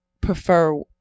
prefer